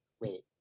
Wait